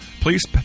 please